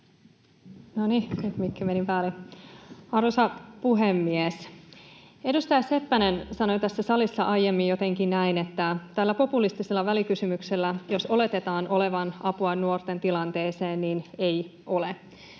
Arvoisa puhemies! Edustaja Seppänen sanoi tässä salissa aiemmin jotenkin näin, että jos tästä populistisesta välikysymyksestä oletetaan olevan apua nuorten tilanteeseen, niin ei ole.